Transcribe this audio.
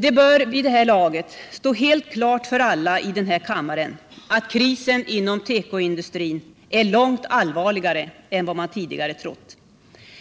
Det bör vid det här laget stå helt klart för alla i den här kammaren att krisen inom tekoindustrin är långt allvarligare än vad man tidigare trott.